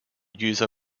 user